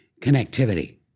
connectivity